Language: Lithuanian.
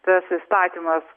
tas įstatymas